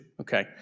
Okay